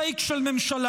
פייק של ממשלה,